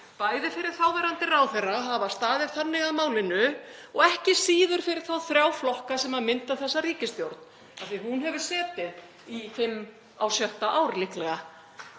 bæði fyrir þáverandi ráðherra að hafa staðið þannig að málinu og ekki síður fyrir þá þrjá flokka sem mynda þessa ríkisstjórn af því að hún hefur setið á sjötta ár líklega